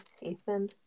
Ethan